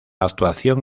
actuación